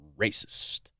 Racist